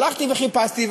הלכתי וחיפשתי,